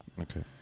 Okay